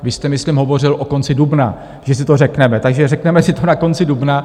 Vy jste myslím hovořil o konci dubna, že si to řekneme, takže řekneme si to na konci dubna.